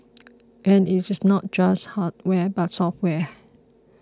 and it is not just hardware but software